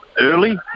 early